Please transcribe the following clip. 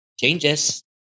changes